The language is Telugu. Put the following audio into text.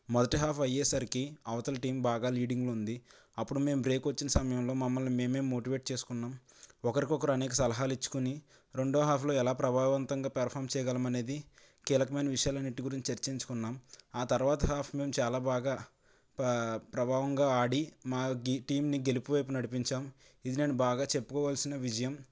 మొదటి హాఫ్ అయ్యే సరికి అవతల టీం బాగా లీడింగ్ ఉంది అప్పుడు మేము బ్రేక్ వచ్చిన సమయంలో మమ్మల్ని మేమే మోటివేట్ చేసుకున్నాం ఒకరికొకరు అనేక సలహాలు ఇచ్చుకుని రెండో హాఫ్లో ఎలా ప్రభావంతంగా పెర్ఫామ్ చేయగలమనేది కీలకమైన విషయాలు అన్నింటి గురించి చర్చించుకున్నాం ఆ తర్వాత హాఫ్ నుంచి చాలా బాగా ప్రభావంగా ఆడి మా గె టీంని గెలుపువైపు నడిపించాం ఇది నేను బాగా చెప్పుకోవలసిన విజయం